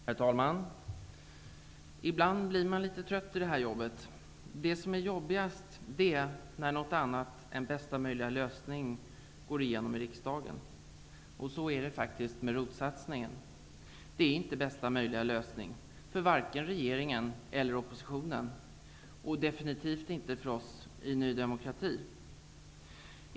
Herr talman! Ibland blir man litet trött i det här jobbet. Det som är jobbigast är när något annat än bästa möjliga lösning beslutas i riksdagen. Så är det faktiskt med ROT-satsningen. Den är inte bästa möjliga lösning varken för regeringen eller oppositionen och definitivt inte för oss nydemokrater.